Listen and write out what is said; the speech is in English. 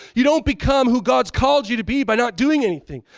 you don't become who god's called you to be by not doing anything.